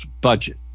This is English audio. budget